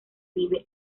vive